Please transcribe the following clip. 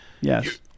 yes